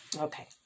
Okay